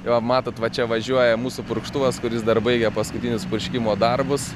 jo matot va čia važiuoja mūsų purkštuvas kuris dar baigia paskutinius purškimo darbus